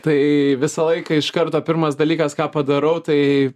tai visą laiką iš karto pirmas dalykas ką padarau tai